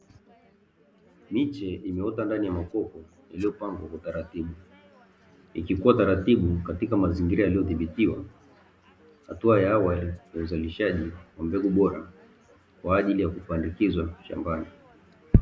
Miche imeota ndani ya makopo, iliyopandwa kwa utaratibu, ikikua taratibu katika mazingira yaliyodhibitiwa, hatua ya awali ya uzalishaji wa mbegu bora kwa ajili ya kupandikizwa shambani.